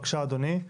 בבקשה, אדוני.